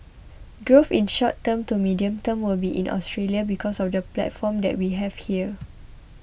growth in the short term to medium term will be in Australia because of the platform that we have here